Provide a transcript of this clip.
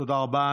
תודה רבה.